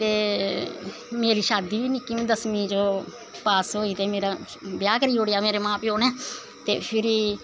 ते मेरी शादी बी निक्की दसमीं च पास होई ते मेरे ब्याह् करी ओड़ेआ मेरे मां प्यो नै ते फिर